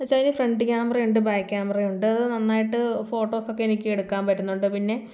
എന്നുവച്ചാൽ അതിന് ഫ്രണ്ട് ക്യാമറയുണ്ട് ബാക്ക് ക്യാമറയുണ്ട് അത് നന്നായിട്ട് ഫോട്ടോസൊക്കെ എനിക്ക് എടുക്കാൻ പറ്റുന്നുണ്ട് പിന്നെ